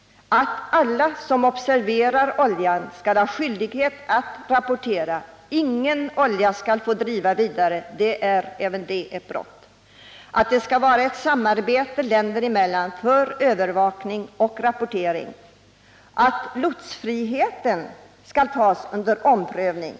Alla som observerar oljan skall ha skyldighet att rapportera. Ingen skall få låta oljan driva vidare — även det är ett brott! Vi måste få till stånd ett samarbete länder emellan om övervakning och rapportering. Lotsfriheten skall tas under omprövning.